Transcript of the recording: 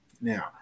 Now